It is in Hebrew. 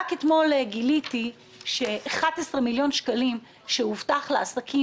רק היום גיליתי ש-11 מיליון שקלים שהובטח לעסקים